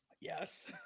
yes